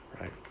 right